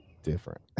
Different